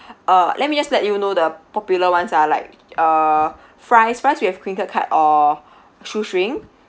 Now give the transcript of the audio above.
uh let me just let you know the popular ones ah like uh fries fries we have crinkle cut or shoestring